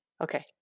Okay